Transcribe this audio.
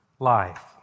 life